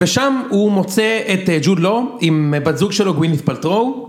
ושם הוא מוצא את ג'ודלו עם בת זוג שלו גווין נתפלטרו